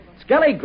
Skelly